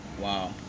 Wow